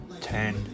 ten